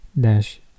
dash